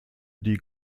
die